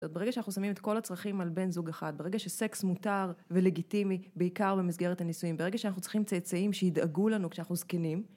אז ברגע שאנחנו שמים את כל הצרכים על בן זוג אחד, ברגע שסקס מותר ולגיטימי בעיקר במסגרת הנישואים, ברגע שאנחנו צריכים צאצאים שידאגו לנו כשאנחנו זקנים..